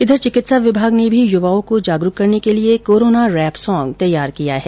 इधर चिकित्सा विभाग ने भी युवाओं को जागरूक करने के लिए कोरोना रैप साँग तैयार किया है